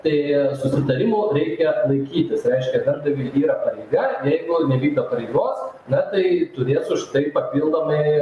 tai susitarimų reikia laikytis reiškia darbdaviui yra pareiga jeigu nevykdo pareigos na tai turės už tai papildomai